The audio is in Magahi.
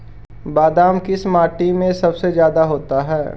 बादाम किस माटी में सबसे ज्यादा होता है?